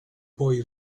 puoi